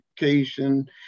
education